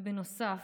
בנוסף,